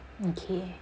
okay